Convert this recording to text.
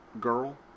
girl